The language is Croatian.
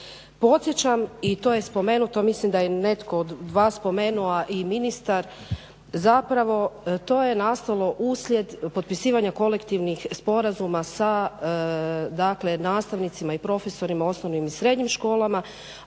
Podsjećam i to je spomenuto, mislim da je netko od vas spomenuo i ministar, zapravo to je nastalo uslijed potpisivanja kolektivnih sporazuma sa, dakle nastavnicima i profesorima u osnovnih i srednjim školama,